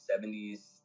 70s